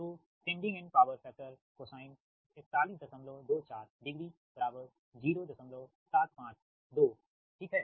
तो sending end power factor cosine 4124 degree बराबर 0752 ठीक है